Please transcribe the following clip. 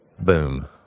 Boom